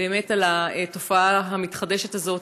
על התופעה המתחדשת הזאת,